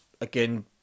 again